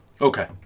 Okay